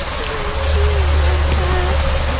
ay me! where's that?